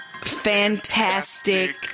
fantastic